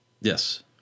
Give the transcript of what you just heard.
Yes